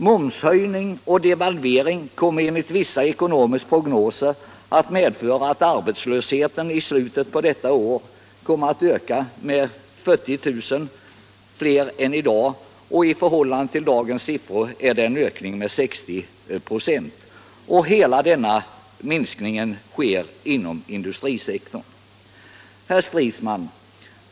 Momshöjning och devalvering kommer enligt vissa ekonomers prognoser att medföra att arbetslösheten i slutet av detta år ökar med 40 000 i förhållande till dagens läge. Jämfört med dagens siffror innebär detta en ökning med 60 96. Hela minskningen sker inom industrisektorn. Herr Stridsman!